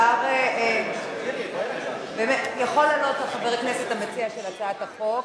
השר, יכול לענות לחבר הכנסת המציע של הצעת החוק.